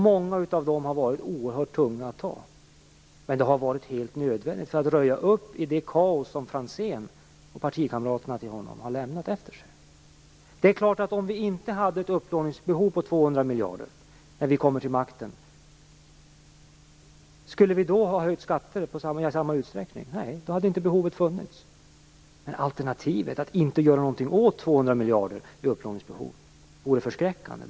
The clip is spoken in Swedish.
Många av dem har varit oerhört tunga att fatta, men det har varit helt nödvändigt för att röja upp i det kaos som Franzén och hans partikamrater lämnat efter sig. Man kan fråga sig om vi skulle ha höjt skatter i samma utsträckning om vi inte hade haft ett upplåningsbehov på 200 miljarder när vi kom till makten. Nej, då hade behovet inte funnits. Men alternativet, att inte göra någonting åt 200 miljarder i upplåningsbehov, vore förskräckande.